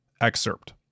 Excerpt